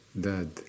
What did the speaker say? dead